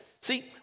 See